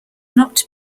not